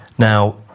Now